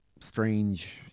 strange